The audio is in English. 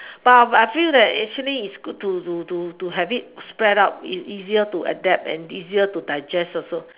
but I feel that actually is good to to to to to have it spread out is easier to adapt and is easier to digest also